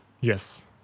Yes